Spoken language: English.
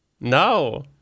No